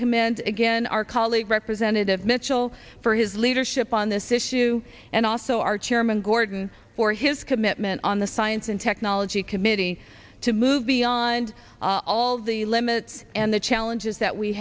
commend again our colleague representative mitchell for his leadership on this issue and also our chairman gorton for his commitment on the science and technology committee to move beyond all the limits and the challenges that we